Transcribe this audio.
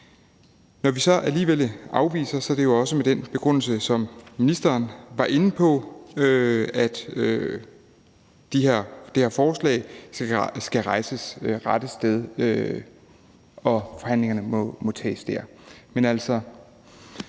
Når vi så alligevel afviser det, er det jo også med den begrundelse, som ministeren var inde på, om, at det her forslag skal rejses det rette sted, og at forhandlingerne må tages der.